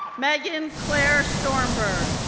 megan claire stormberg,